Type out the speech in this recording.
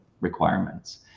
requirements